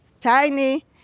tiny